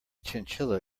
chinchilla